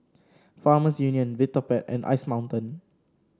Farmers Union Vitapet and Ice Mountain